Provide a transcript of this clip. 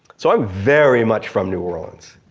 so i'm very much from new orleans.